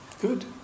good